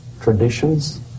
traditions